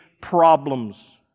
problems